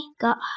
got